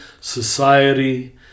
society